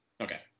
okay